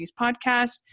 Podcast